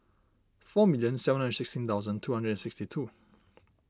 four million seven hundred and sixteen thousand two hundred and sixty two